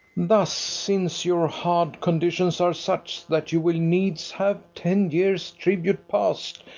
thus since your hard conditions are such that you will needs have ten years' tribute past,